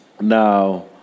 Now